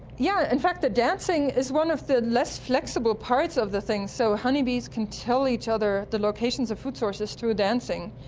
yeah in fact the dancing is one of the less flexible parts of the thing. so honeybees can tell each other the locations of food sources through dancing.